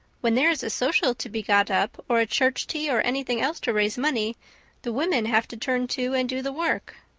when there is a social to be got up or a church tea or anything else to raise money the women have to turn to and do the work.